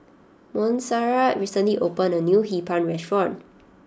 Monserrat recently opened a new Hee Pan restaurant